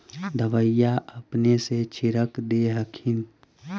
दबइया अपने से छीरक दे हखिन?